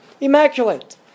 immaculate